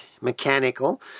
mechanical